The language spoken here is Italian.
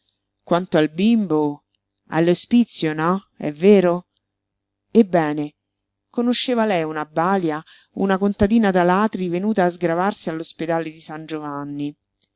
quanto al bimbo all'ospizio no è vero ebbene conosceva lei una balia una contadina d'alatri venuta a sgravarsi all'ospedale di san giovanni